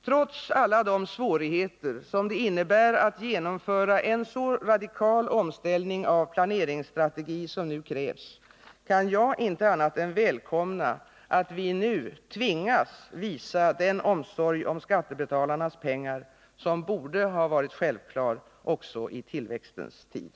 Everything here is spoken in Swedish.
Trots alla de svårigheter som det innebär att genomföra en så radikal omställning av planeringsstrategi som nu krävs, kan jag inte annat än välkomna att vi nu tvingas visa den omsorg om skattebetalarnas pengar som borde ha varit självklar också i tillväxtens tid.